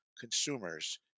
consumers